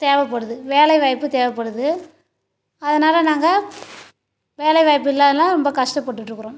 தேவைப்படுது வேலைவாய்ப்பு தேவைப்படுது அதனால நாங்கள் வேலைவாய்ப்பு இல்லாதனால ரொம்ப கஷ்டப்பட்டுட்டு இருக்கிறோம்